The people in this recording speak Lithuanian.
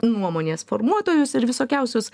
nuomonės formuotojus ir visokiausius